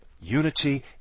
unity